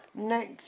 next